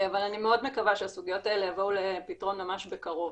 אבל אני מאוד מקווה שהסוגיות האלה יבואו לפתרון ממש בקרוב.